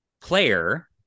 player